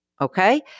Okay